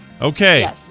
Okay